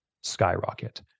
skyrocket